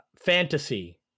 fantasy